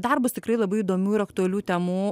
dar bus tikrai labai įdomių ir aktualių temų